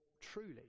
truly